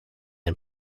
and